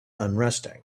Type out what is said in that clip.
unresting